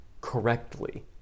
correctly